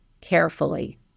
carefully